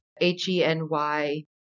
H-E-N-Y